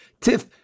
Tiff